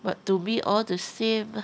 but to me all the same lah